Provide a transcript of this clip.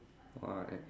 why